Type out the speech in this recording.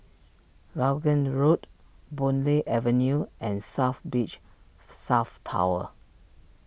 Vaughan Road Boon Lay Avenue and South Beach South Tower